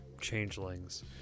changelings